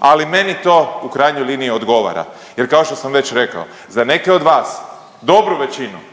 ali meni to u krajnjoj liniji odgovara jer kao što sam već rekao, za neke od vas, dobru većinu,